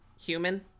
human